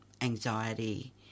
anxiety